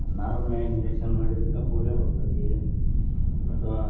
ನರದ ಮ್ಯಾಲ ಇಂಜೆಕ್ಷನ್ ಮಾಡಿದ್ದಕ್ಕೆ ಪೋಲಿಯೊ ಬರ್ತತೀ ಅಥವಾ